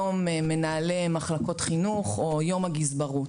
יום מנהלי מחלקות חינוך או יום הגזברות,